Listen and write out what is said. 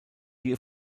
hier